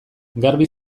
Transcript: garbi